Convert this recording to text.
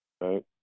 right